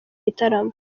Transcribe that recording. gitaramo